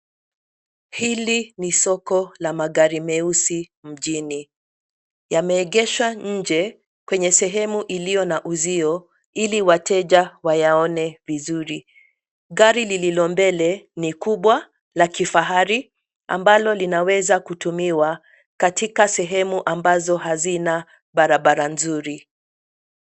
Hili ni soko la magari meusi mjini. Yameegeshwa nje kwenye sehemu iliyo na uzio ili wateja wayaone vizuri. Gari lililo mbele ni kubwa la kifahari ambalo linaweza kutumiwa katika sehemu ambazo hazina barabara nzuri.